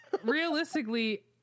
realistically